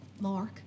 Mark